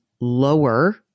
lower